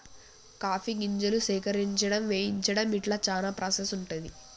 coffee గింజలు సేకరించడం వేయించడం ఇట్లా చానా ప్రాసెస్ ఉంటది